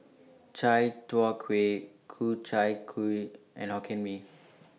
Chai Tow Kuay Ku Chai Kuih and Hokkien Mee